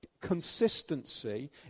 consistency